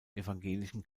evangelischen